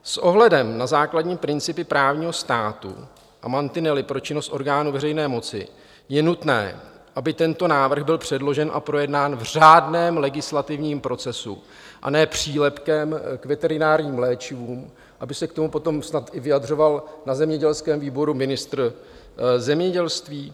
S ohledem na základní principy právního státu a mantinely pro činnost orgánů veřejné moci je nutné, aby tento návrh byl předložen a projednán v řádném legislativním procesu, a ne přílepkem k veterinárním léčivům, aby se k tomu potom snad i vyjadřoval na zemědělském výboru ministr zemědělství.